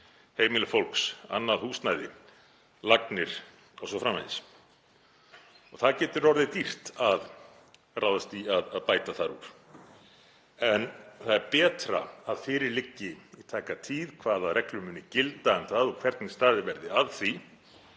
heimili fólks, annað húsnæði, lagnir o.s.frv. Það getur orðið dýrt að ráðast í að bæta þar úr. En það er betra að fyrir liggi í tæka tíð hvaða reglur munu gilda um það og hvernig staðið verði að því